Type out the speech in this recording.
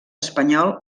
espanyol